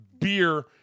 beer